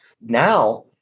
now